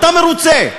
אתה מרוצה,